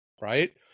Right